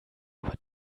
aber